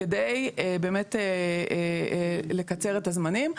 כדי באמת לקצר את הזמנים.